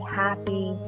happy